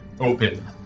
open